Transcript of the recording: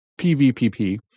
PVPP